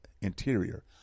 interior